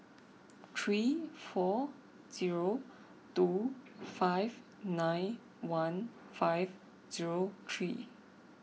three four zero two five nine one five zero three